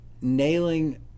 nailing